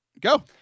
Go